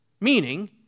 Meaning